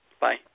Bye